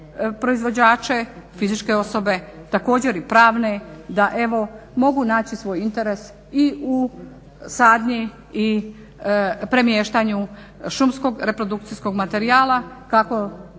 proizvođače fizičke osobe također i pravne da evo mogu naći svoj interes i u sadnji i premještanju šumskog reprodukcijskog materijala kako